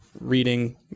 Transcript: reading